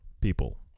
people